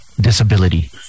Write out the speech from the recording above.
disability